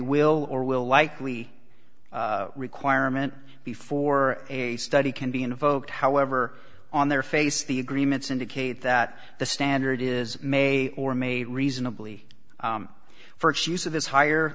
will or will likely requirement before a study can be invoked however on their face the agreements indicate that the standard is may or may reasonably for its use of this higher